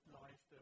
life